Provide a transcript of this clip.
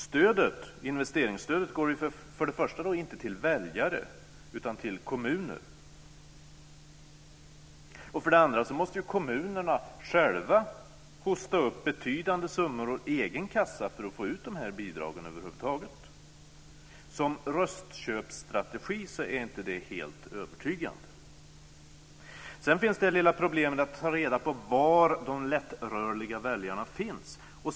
Investeringsstödet går för det första inte till väljare utan till kommuner. För det andra måste kommunerna själva hosta upp betydande summor ur egen kassa för att över huvud taget få ut bidragen. Som röstköpsstrategi är det inte helt övertygande. Sedan finns det lilla problemet att ta reda på var de lättrörliga väljarna finns.